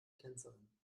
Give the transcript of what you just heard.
tänzerin